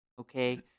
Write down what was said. Okay